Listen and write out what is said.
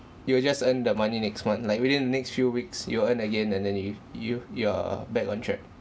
you will just earn the money next month like within the next few weeks you earn again and then you you you're back on track